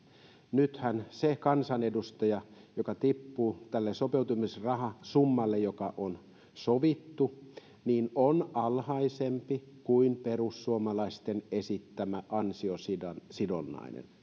nythän kun kansanedustaja tippuu tälle sopeutumisrahasummalle joka on sovittu niin se summa on alhaisempi kuin perussuomalaisten esittämä ansiosidonnainen